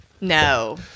no